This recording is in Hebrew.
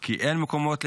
כי אין מקומות להתמחות,